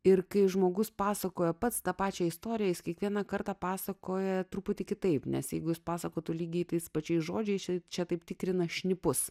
ir kai žmogus pasakoja pats tą pačią istoriją jis kiekvieną kartą pasakoja truputį kitaip nes jeigu jis pasakotų lygiai tais pačiais žodžiais čia taip tikrina šnipus